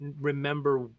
remember